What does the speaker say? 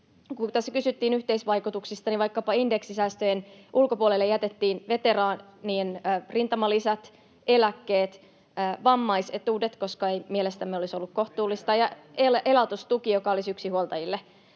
kysyttiin yhteisvaikutuksista, vaikkapa indeksisäästöjen ulkopuolelle jätettiin veteraanien rintamalisät, eläkkeet, vammaisetuudet, koska mielestämme ei olisi ollut kohtuullista niistä leikata, ja elatustuki, jonka indeksisäästö olisi yksinhuoltajille